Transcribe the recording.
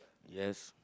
yes